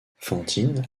fantine